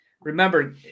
Remember